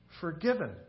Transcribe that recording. forgiven